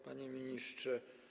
Panie Ministrze!